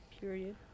Period